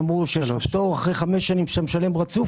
שאמר שאחרי חמש שנים של תשלום רציף